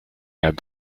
had